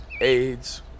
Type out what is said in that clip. AIDS